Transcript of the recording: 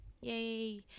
yay